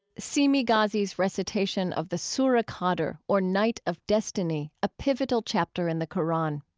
seemi ghazi's recitation of the sura al-qadr or night of destiny, a pivotal chapter in the qur'an.